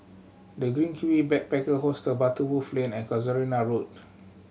The Green Kiwi Backpacker Hostel Butterworth Lane and Casuarina Road